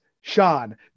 Sean